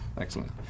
Excellent